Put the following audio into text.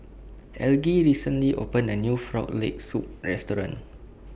Elgie recently opened A New Frog Leg Soup Restaurant